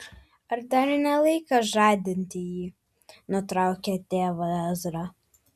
ar dar ne laikas žadinti jį nutraukė tėvą ezra